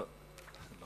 אני